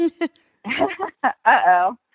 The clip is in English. Uh-oh